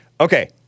Okay